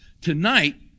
Tonight